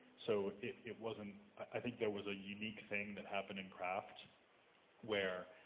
so, it wasn't, i think there was a unique thing that happened in craft where,